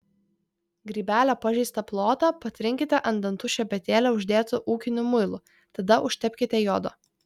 grybelio pažeistą plotą patrinkite ant dantų šepetėlio uždėtu ūkiniu muilu tada užtepkite jodo